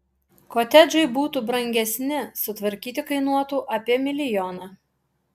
kotedžai būtų brangesni sutvarkyti kainuotų apie milijoną